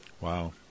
Wow